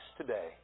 today